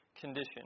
condition